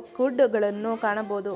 okay wood ಗಳನ್ನು ಕಾಣಬೋದು